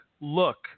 look